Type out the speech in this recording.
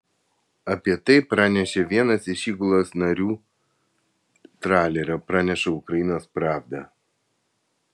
apie tai pranešė vienas iš įgulos narių tralerio praneša ukrainos pravda